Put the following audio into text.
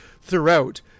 throughout